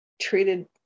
treated